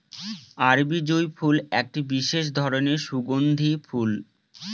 আরবি জুঁই ফুল একটি বিশেষ ধরনের সুগন্ধি ফুল